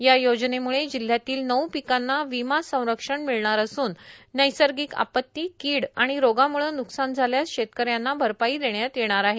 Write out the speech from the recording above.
या योजनेमुळे जिल्ह्यातील नऊ पिकांना विमा संरक्षण मिळणार असून नैसर्गिक आपत्तीए किड आणि रोगाम्ळं न्कसान झाल्यास शेतकऱ्यांना भरपाई देण्यात येणार आहे